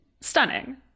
Stunning